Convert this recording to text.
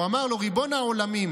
הוא אמר לו: ריבון העולמים,